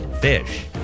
Fish